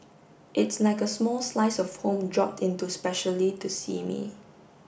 it's like a small slice of home dropped in to specially to see me